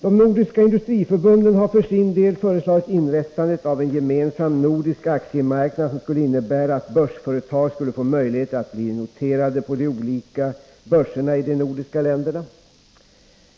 De nordiska industriförbunden har för sin del föreslagit inrättande av en gemensam nordisk aktiemarknad, som skulle innebära att börsföretag skulle få möjligheter att bli noterade på de olika börserna i de nordiska länderna.